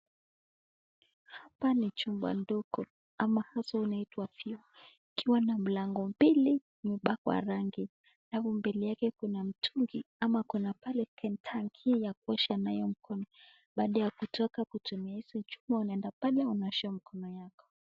Hapa ni chumba ndogo ama hasa inaitwa vyoo ikiwa na mlango mbili imepakwa rangi alafu mbele yake kuna mtungi ama kuna pale kentank ya kuosha naye mkono baada ya kutoka kutumia hizo chumba unaenda pale unaosha mkono yako.